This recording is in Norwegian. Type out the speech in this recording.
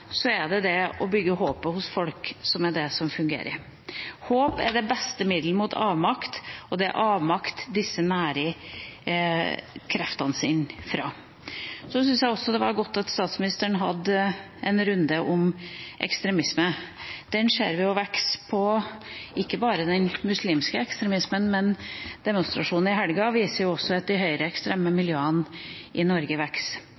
så viktig. Derfor er det også spesielt viktig å løfte jentene. For skal vi virkelig klare å demme opp for mer og mer ekstreme miljøer, er det det å bygge håpet hos folk som fungerer. Håp er det beste middel mot avmakt, og det er avmakt disse nærer kreftene sine fra. Jeg syns også det var godt at statsministeren hadde en runde om ekstremisme. Den ser vi jo vokse, ikke bare den muslimske ekstremismen. Demonstrasjonen i helgen viser at